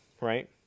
right